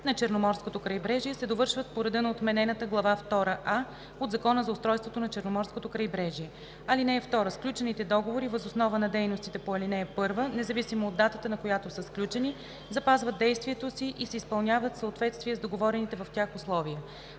на Черноморското крайбрежие се довършват по реда на отменената Глава втора „а“ от Закона за устройството на Черноморското крайбрежие. (2) Сключените договори въз основа на дейностите по ал. 1, независимо от датата, на която са сключени, запазват действието си и се изпълняват в съответствие с договорените в тях условия.